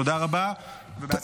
תודה רבה ובהצלחה.